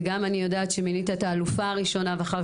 ואני גם יודעת שמינית את האלופה הראשונה ואחר